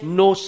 no